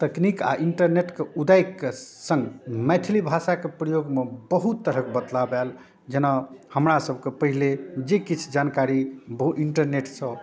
तकनीक आओर इन्टरनेटके उदयके सङ्ग मैथिली भाषाके प्रयोगमे बहुत तरहक बदलाव आयल जेना हमरा सबके पाहिले जे किछु जानकारी इन्टरनेटसँ